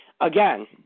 Again